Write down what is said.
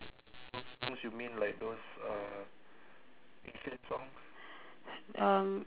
um